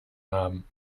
haben